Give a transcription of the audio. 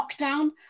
lockdown